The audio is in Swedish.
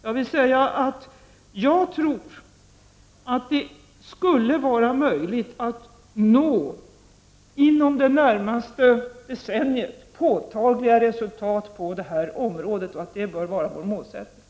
Jag tror att det skall vara möjligt att inom det närmaste decenniet nå påtagliga resultat på detta område. Det bör vara vår målsättning.